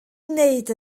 wneud